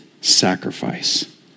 sacrifice